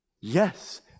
Yes